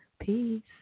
Peace